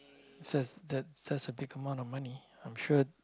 just j~ just a big amount of money I'm sure